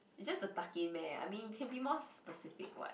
is just the tuck in meh I mean you can be more specific [what]